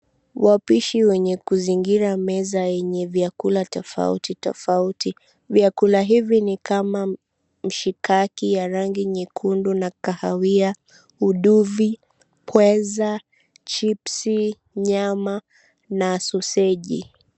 Wapishi wenye kuzingira meza yenye vyakula tofauti tofauti. Vyakula hivi ni kama; mshikaki ya rangi nyekundu na kahawia, uduvi, pweza, chips , nyama na sausage .